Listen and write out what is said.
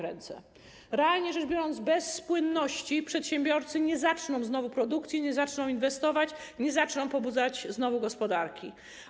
Realnie rzecz biorąc, bez płynności przedsiębiorcy nie zaczną znowu produkcji, nie zaczną inwestować, nie zaczną pobudzać znowu gospodarki.